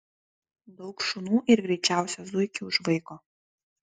daug šunų ir greičiausią zuikį užvaiko